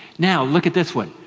now look at this one.